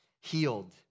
healed